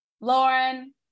lauren